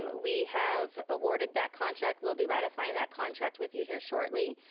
um we have awarded that contract, we'll be ratifying that contract with you here shortly.